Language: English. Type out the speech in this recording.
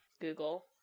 Google